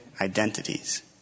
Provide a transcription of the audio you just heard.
identities